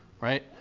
right